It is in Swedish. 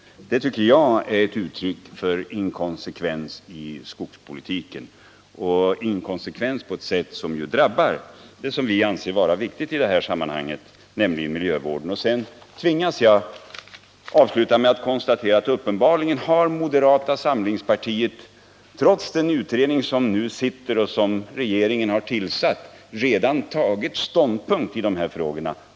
Det tycker jag är ett uttryck för inkonsekvens i skogspolitiken, en inkonsekvens som bl.a. drabbar både skogsproduktionen och miljövården. Jag tvingas avsluta med att konstatera att uppenbarligen har moderata samlingspartiet, trots den utredning som nu arbetar och som regeringen tillsatt, redan tagit ståndpunkt i de här frågorna.